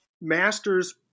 Masters